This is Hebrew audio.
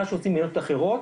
מה שעושים במדינות אחרות,